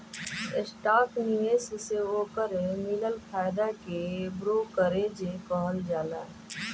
stock निवेश से ओकर मिलल फायदा के ब्रोकरेज कहल जाला